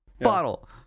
Bottle